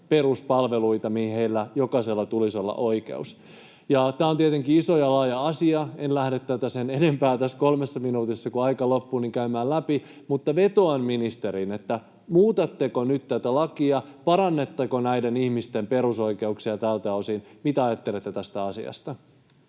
peruspalveluissa, mihin heillä jokaisella tulisi olla oikeus. Tämä on tietenkin iso ja laaja asia, en lähde tätä sen enempää tässä kolmessa minuutissa, kun aika loppuu, käymään läpi, mutta vetoan ministeriin: Muutatteko nyt tätä lakia, parannatteko näiden ihmisten perusoikeuksia tältä osin? Mitä ajattelette tästä asiasta?